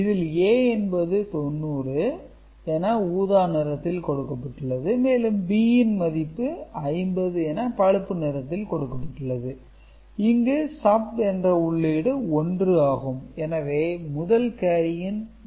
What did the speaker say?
இதில் A என்பது 90 என ஊதா நிறத்தில் கொடுக்கப்பட்டுள்ளது மேலும் B ன் மதிப்பு 50 என பழுப்பு நிறத்தில் கொடுக்கப்பட்டுள்ளது இங்கு SUB என்ற உள்ளீடு 1 ஆகும் எனவே முதல் கேரியின் மதிப்பு 1 ஆகும்